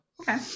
okay